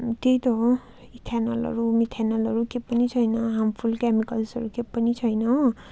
त्यही त हो इथेनलहरू मिथेनलहरू केही पनि छैन हार्मफुल केमिकल्सहरू केही पनि छैन हो